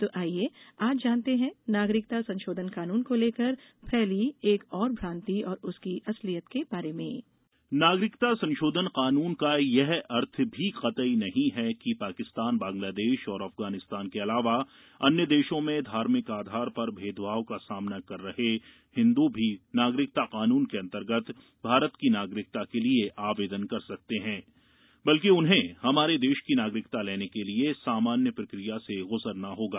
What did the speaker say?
तो आईये आज जानते हैं नागरिकता संशोधन कानून को लेकर फैली एक और भ्रान्ति और उसकी असलियत के बारे में नागरिकता संशोधन कानून का यह अर्थ भी कतई नहीं है कि पाकिस्तान बांग्लादेश और अफगानिस्तान के अलावा अन्य देशों में धार्मिक आधार पर भेदभाव का सामना कर रहे हिंदू भी नागरिकता कानून के अंतर्गत भारत की नागरिकता के लिए आवेदन कर सकते हैं बल्कि उन्हें हमारे देश की नागरिकता लेने के लिए सामान्य प्रक्रिया से गुजरना होगा